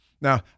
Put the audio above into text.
Now